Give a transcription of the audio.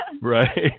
right